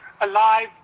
alive